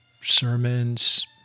Sermons